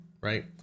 Right